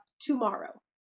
tomorrow